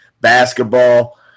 basketball